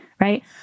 right